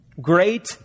Great